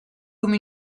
comme